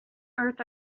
earth